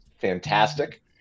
fantastic